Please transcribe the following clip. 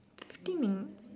fifty minutes